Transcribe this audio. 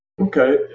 Okay